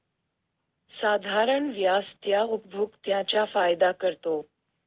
साधारण व्याज त्या उपभोक्त्यांचा फायदा करतो